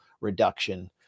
reduction